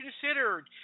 considered